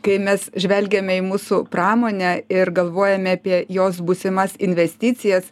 kai mes žvelgiame į mūsų pramonę ir galvojame apie jos būsimas investicijas